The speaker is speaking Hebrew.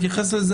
נעבור על זה